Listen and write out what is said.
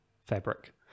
fabric